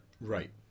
Right